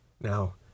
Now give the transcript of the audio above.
Now